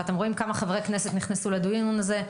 ואתם רואים כמה חברי כנסת נכנסו לדיון הזה.